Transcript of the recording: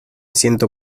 siento